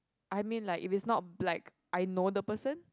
I mean like if it is not like I know the person